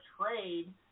trade